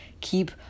keep